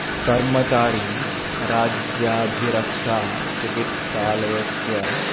कर्मचारी राज्याभिरक्षा चिकित्सालयस्य